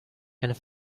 and